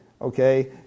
okay